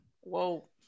Whoa